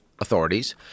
authorities